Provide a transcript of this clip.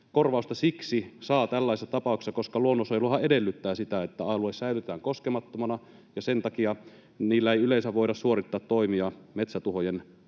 korvausta saa tällaisessa tapauksessa siksi, että luonnonsuojeluhan edellyttää sitä, että alue säilytetään koskemattomana, ja sen takia niillä ei yleensä voida suorittaa toimia metsätuhojen